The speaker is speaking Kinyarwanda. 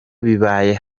bibaye